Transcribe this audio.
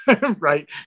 right